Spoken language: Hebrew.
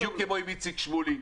בדיוק כמו עם איציק שמולי,